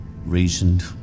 reasoned